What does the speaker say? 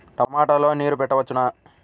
టమాట లో నీరు పెట్టవచ్చునా?